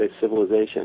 civilization